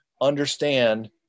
understand